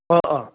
অঁ অঁ